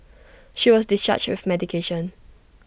she was discharged with medication